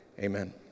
Amen